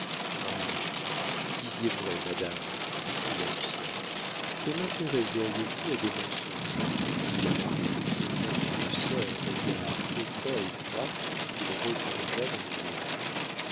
ah si vous disiez vrai madame s'écria lucien quel intérêt verriez vous à des mensonges fit la marquise en jetant sur lucien un regard hautain et froid qui le replongea dans le néant